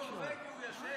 הוא נורבגי, ישן,